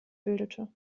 bildete